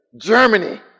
Germany